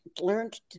learned